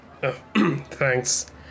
Thanks